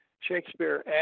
Shakespeare